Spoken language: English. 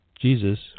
Jesus